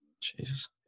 Jesus